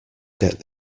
get